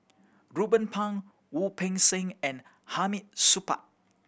Ruben Pang Wu Peng Seng and Hamid Supaat